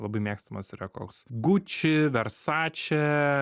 labai mėgstamas yra koks guči versače